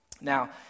Now